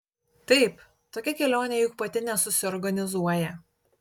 taip tokia kelionė juk pati nesusiorganizuoja